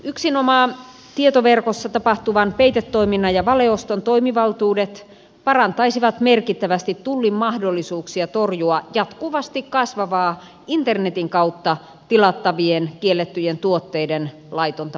yksinomaan tietoverkossa tapahtuvan peitetoiminnan ja valeoston toimivaltuudet parantaisivat merkittävästi tullin mahdollisuuksia torjua jatkuvasti kasvavaa internetin kautta tilattavien kiellettyjen tuotteiden laitonta maahantuontia